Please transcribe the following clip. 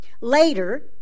Later